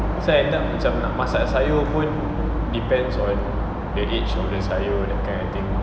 so end up macam nak masak sayur pun depends on the age of the sayur that kind of hing